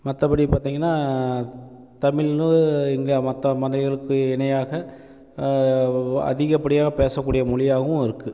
மற்றபடி பார்த்தீங்கனா தமிழ்னு இங்கே மற்ற மனைகளுக்கு இணையாக அதிகப்படியாக பேசக்கூடிய மொழியாகவும் இருக்குது